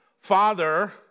Father